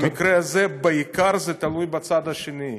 במקרה הזה זה בעיקר תלוי בצד השני,